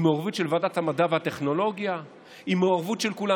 עם מעורבות ועדת המדע והטכנולוגיה ועם המעורבות של כולם.